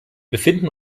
befinden